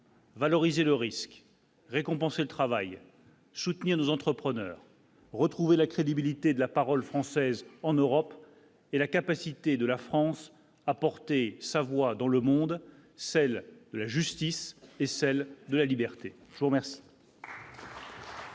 Valoriser le risque récompenser le travail, soutenir nos entrepreneurs. Retrouver la crédibilité de la parole française, en Europe et la capacité de la France, apporter sa voix dans le monde, celle de la justice et celle de la liberté, je vous remercie.